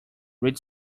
read